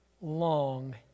long